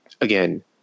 again